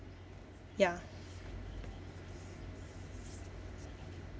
ya